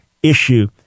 issue